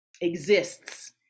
exists